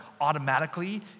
automatically